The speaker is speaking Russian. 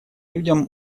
людям